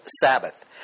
Sabbath